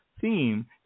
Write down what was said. theme